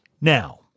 now